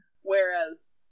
Whereas